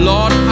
Lord